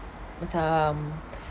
macam